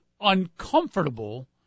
uncomfortable